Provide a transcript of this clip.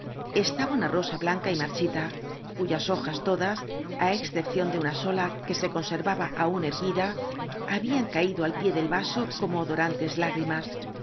estaba una rosa blanca y marchita c u yas hojas todas á excepción de una sola que se conservaba aún erguida habían caído al pié del vaso como odorantes lágrimas